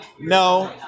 No